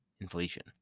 inflation